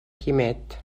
quimet